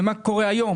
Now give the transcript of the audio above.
ומה קורה היום,